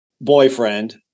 boyfriend